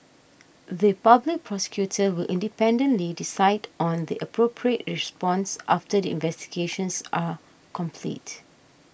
the Public Prosecutor will independently decide on the appropriate response after the investigations are complete